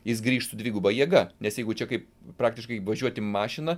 jis grįžtų dviguba jėga nes jeigu čia kaip praktiškai važiuoti mašina